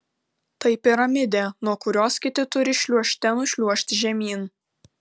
tai piramidė nuo kurios kiti turi šliuožte nušliuožti žemyn